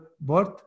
birth